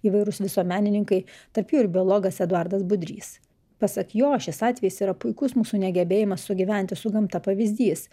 įvairūs visuomenininkai tarp jų ir biologas eduardas budrys pasak jo šis atvejis yra puikus mūsų negebėjimas sugyventi su gamta pavyzdys